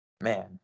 man